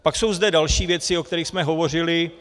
Pak jsou zde další věci, o kterých jsme hovořili.